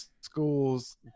schools